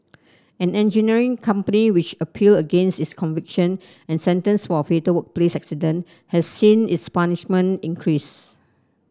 an engineering company which appealed against its conviction and sentence for a fatal workplace accident has seen its punishment increased